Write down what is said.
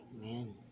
man